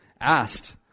asked